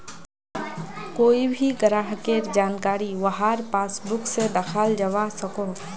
कोए भी ग्राहकेर जानकारी वहार पासबुक से दखाल जवा सकोह